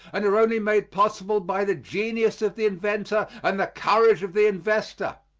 and are only made possible by the genius of the inventor and the courage of the investor.